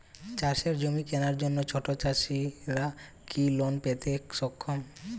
চাষের জমি কেনার জন্য ছোট চাষীরা কি লোন পেতে সক্ষম?